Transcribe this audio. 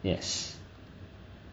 yes